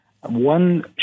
One